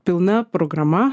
pilna programa